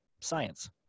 science